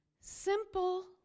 Simple